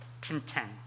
content